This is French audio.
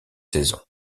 saison